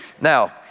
Now